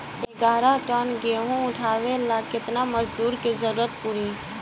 ग्यारह टन गेहूं उठावेला केतना मजदूर के जरुरत पूरी?